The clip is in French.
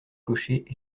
cochers